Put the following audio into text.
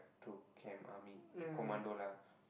through camp army he commando lah